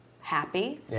happy